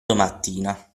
domattina